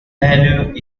value